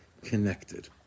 connected